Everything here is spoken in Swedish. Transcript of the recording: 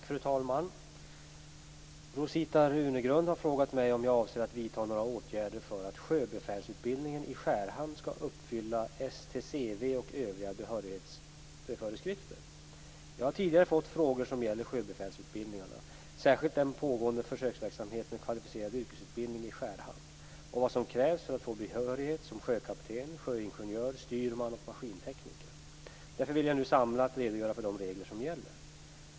Fru talman! Rosita Runegrund har frågat mig om jag avser att vidta några åtgärder för att sjöbefälsutbildningen i Skärhamn skall uppfylla STCW och övriga behörighetsföreskrifter. Jag har tidigare fått frågor som gäller sjöbefälsutbildningarna, särskilt den pågående försöksverksamheten med kvalificerad yrkesutbildning i Skärhamn, och om vad som krävs för att få behörighet som sjökapten, sjöingenjör, styrman och maskintekniker. Därför vill jag nu samlat redogöra för de regler som gäller.